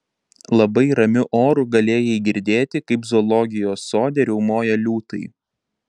labai ramiu oru galėjai girdėti kaip zoologijos sode riaumoja liūtai